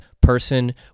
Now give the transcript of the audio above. person